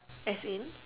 as in